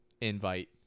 invite